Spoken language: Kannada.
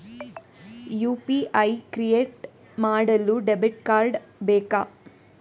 ಯು.ಪಿ.ಐ ಕ್ರಿಯೇಟ್ ಮಾಡಲು ಡೆಬಿಟ್ ಕಾರ್ಡ್ ಬೇಕಾ?